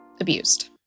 abused